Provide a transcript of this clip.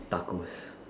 tacos